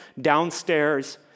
downstairs